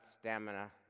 stamina